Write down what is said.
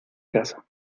casa